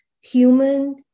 human